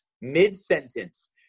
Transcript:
mid-sentence